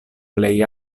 plej